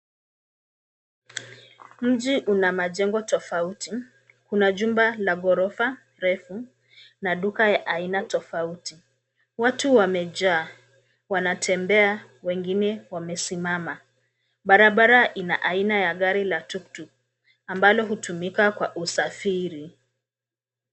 Mji una majengo tofauti, kuna jumba la ghorofa refu na duka ya aina tofauti. Watu wamejaa, wanatembea wengine wamesimama. Barabara ina aina ya gari la tuk-tuk ambalo hutumika kwa usafiri.